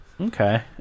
Okay